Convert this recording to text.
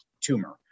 tumor